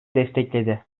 destekledi